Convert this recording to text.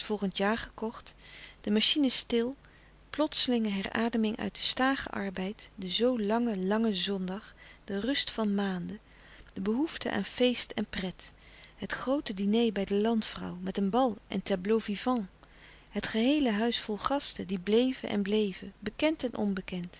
volgende jaar gekocht de machines stil plotselinge herademing uit den stagen arbeid de zoo lange lange zondag de rust van maanden de behoefte aan feest en pret het groote diner bij de landvrouw met een bal ouis ouperus e stille kracht een bal en tableaux-vivants het geheele huis vol gasten die bleven en bleven bekend en onbekend